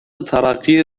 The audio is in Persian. ترقی